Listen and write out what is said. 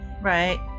Right